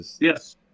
Yes